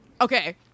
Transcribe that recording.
Okay